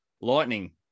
lightning